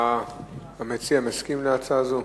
המציע מסכים להצעה זו?